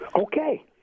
Okay